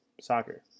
soccer